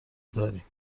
داریم